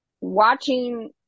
watching